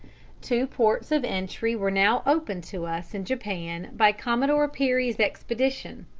two ports of entry were now opened to us in japan by commodore perry's expedition,